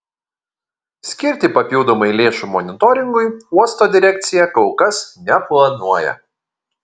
skirti papildomai lėšų monitoringui uosto direkcija kol kas neplanuoja